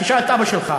תשאל את אבא שלך,